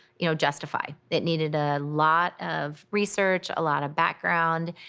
you know, justify. it needed a lot of research, a lot of background.